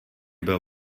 bylo